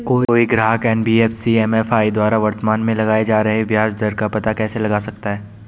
कोई ग्राहक NBFC MFI द्वारा वर्तमान में लगाए जा रहे ब्याज दर का पता कैसे लगा सकता है?